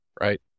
right